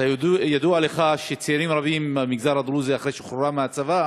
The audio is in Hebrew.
ידוע לך שצעירים ערבים מהמגזר הדרוזי אחרי שירותם בצבא